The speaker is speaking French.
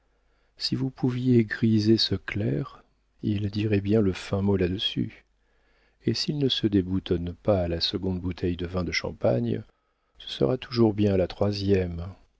si vous pouviez griser ce clerc il dirait bien le fin mot là-dessus et s'il ne se déboutonne pas à la seconde bouteille de vin de champagne ce sera toujours bien à la troisième